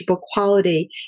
quality